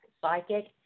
Psychic